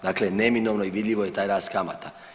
Dakle, neminovno i vidljivo je taj rast kamata.